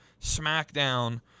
SmackDown